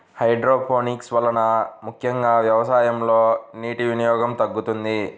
hydroponics వలన ముఖ్యంగా వ్యవసాయంలో నీటి వినియోగం తగ్గుతుంది